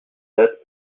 dates